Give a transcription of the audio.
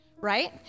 Right